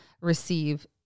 receive